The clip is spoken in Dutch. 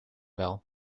wel